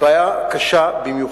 בעיה קשה במיוחד.